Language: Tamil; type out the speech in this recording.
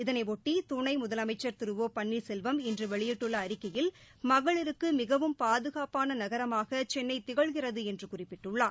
இதனை ஒட்டி துணை முதலமைச்சர் திரு ஒ பன்னீர் செல்வம் இன்று வெளியிட்டுள்ள அறிக்கையில் மகளிருக்கு மிகவும் பாதுகாப்பான நகரமாக சென்னை திகழ்கிறது என்று குறிப்பிட்டுள்ளார்